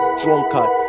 drunkard